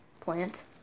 plant